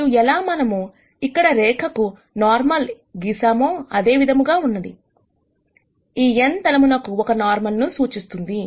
మరియు ఎలా మనము ఇక్కడ రేఖకు నార్మల్ ఎలా గీసామో అదే విధముగా ఉన్నది ఈ n తలమునకు ఒక నార్మల్ ను సూచిస్తుంది